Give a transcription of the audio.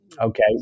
okay